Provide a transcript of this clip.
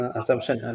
assumption